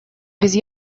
без